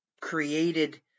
created